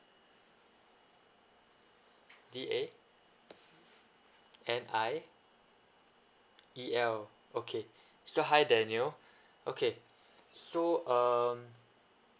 D A N I E L okay so hi daniel okay so um